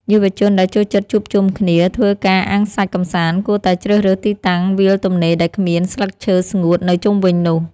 យុវជនដែលចូលចិត្តជួបជុំគ្នាធ្វើការអាំងសាច់កម្សាន្តគួរតែជ្រើសរើសទីតាំងវាលទំនេរដែលគ្មានស្លឹកឈើស្ងួតនៅជុំវិញនោះ។